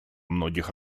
многих